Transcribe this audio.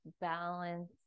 balance